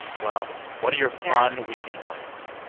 well, what are your fun weekend plans?